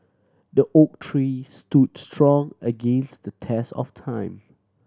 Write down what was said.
the oak tree stood strong against the test of time